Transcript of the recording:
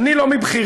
אני לא "מבכירי",